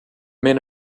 men